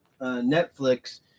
Netflix